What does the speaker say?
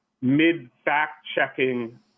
mid-fact-checking